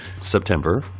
September